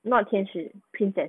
not 天使 princess